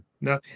no